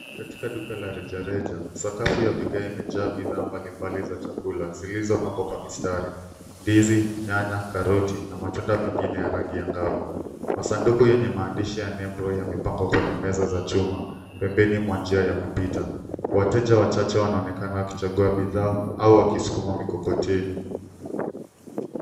Katika duka la rejareja, sakafu ya vigae imejaa bidhaa mbalimbali za chakula zilizopangwa kwa mistari. Ndizi, nyanya, karoti, na matunda mengine ya rangi angavu . Masanduku yenye maandishi ya nembo yamepangwa kwenye meza za chuma pembeni mwa njia ya kupita. Wateja wachache wanaonekana wakichagua bidhaa au wakisukuma mikokoteni.